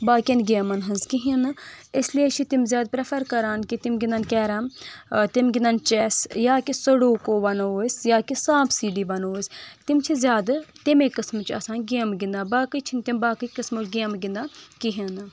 باقیَن گیمن ہٕنٛز کہیٖنۍ نہٕ اسلیے چھِ تِم زیادٕ پریفر کران کہِ تِم گِنٛدن کیرم تِم گِنٛدن چیس یا کہِ سڈوٗکو ونو أسۍ یا کہِ سانپ سیٖڈی ونو أسۍ تِم چھِ زیادٕ تمے قٕسمٕچہِ آسان گیمہٕ گِنٛدان باقٕے چھِنہٕ تِم باقٕے قٕسمٕچ گیمہٕ گِنٛدان کہیٖنۍ نہٕ